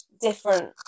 Different